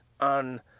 on